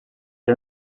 era